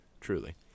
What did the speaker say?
truly